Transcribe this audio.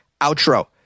outro